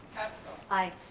hessel i.